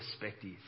perspective